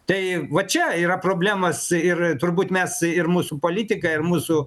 tai va čia yra problemos ir turbūt mes ir mūsų politikai ar mūsų